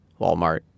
Walmart